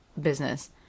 business